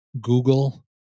Google